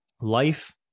life